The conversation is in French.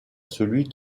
celui